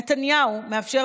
נתניהו מאפשר,